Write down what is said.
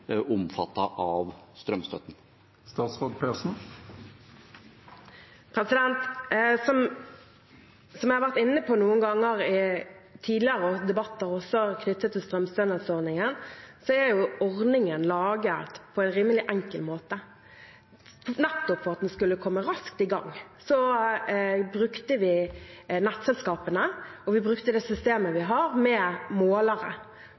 av strømstøtten. Som jeg har vært inne på noen ganger, også i tidligere debatter knyttet til strømstønadsordningen, er ordningen laget på en rimelig enkel måte. Nettopp for at en skulle komme raskt i gang, brukte vi nettselskapene, og vi brukte det systemet vi har med målere.